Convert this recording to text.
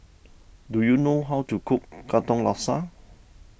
do you know how to cook Katong Laksa